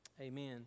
Amen